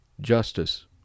justice